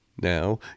now